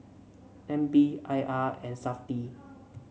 N P I R and Safti